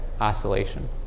oscillation